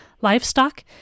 livestock